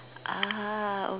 ah